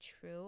true